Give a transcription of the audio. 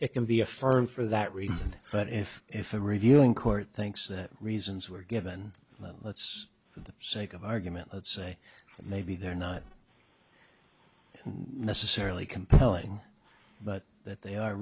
it can be affirmed for that reason but if if a reviewing court thinks the reasons were given let's for the sake of argument let's say that maybe they're not necessarily compelling but that they are